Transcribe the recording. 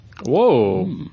Whoa